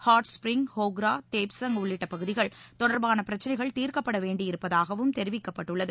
hot springs Gogra Depsang உள்ளிட்ட பகுதிகள் தொடர்பான பிரச்சினைகள் தீர்க்கப்பட வேண்டியிருப்பதாகவும் தெரிவிக்கப்பட்டுள்ளது